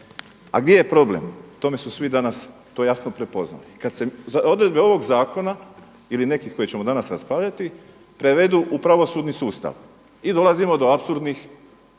A gdje je problem? Tome su svi danas to jasno prepoznali, kada se odredbe ovog zakona ili nekih koje ćemo danas raspravljati prevedu u pravosudni sustav i dolazimo do apsurdnih